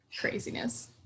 craziness